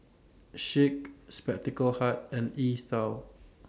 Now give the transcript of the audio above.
Schick Spectacle Hut and E TWOW